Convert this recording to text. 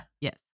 yes